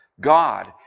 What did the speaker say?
God